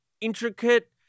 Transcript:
intricate